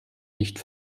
nicht